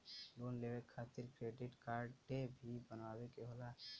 Loan लेवे खातिर credit काडे भी बनवावे के होला?